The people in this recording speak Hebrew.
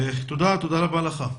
תודה רבה לכם.